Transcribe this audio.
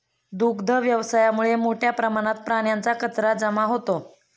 दुग्ध व्यवसायामुळे मोठ्या प्रमाणात प्राण्यांचा कचरा जमा होतो